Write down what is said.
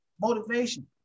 Motivation